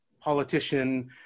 politician